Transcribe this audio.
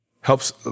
helps